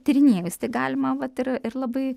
tyrinėjus tai galima vat ir ir labai